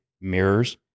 mirrors